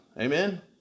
Amen